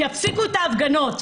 שיפסיקו את ההפגנות.